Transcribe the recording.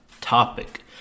topic